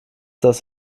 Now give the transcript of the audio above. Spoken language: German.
das